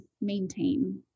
maintain